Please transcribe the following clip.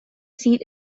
seat